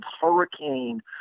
hurricane